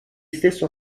stesso